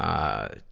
ah,